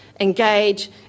engage